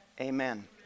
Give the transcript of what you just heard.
amen